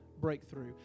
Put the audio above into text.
breakthrough